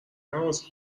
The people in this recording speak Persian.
حواس